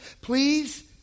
please